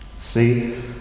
See